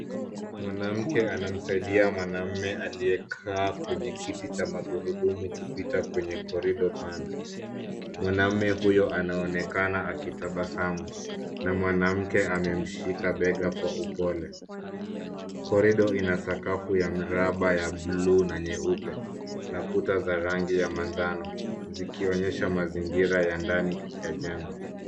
Mwanamke anamsaidia mwanaume aliyekaa kwenye kiti cha magurudumu kupita kwenye korido pana. Mwanaume huyo anaonekana akitabasamu na mwanamke amemshika bega kwa upole. Korido ina sakafu ya mraba ya blue na nyeupe na kuta zina rangi ya manjano, zikionyesha mazingira ya ndani ya jengo.